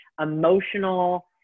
emotional